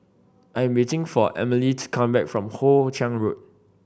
I am waiting for Amalie to come back from Hoe Chiang Road